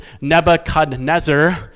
Nebuchadnezzar